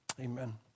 amen